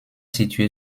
situé